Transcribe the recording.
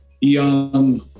young